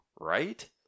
Right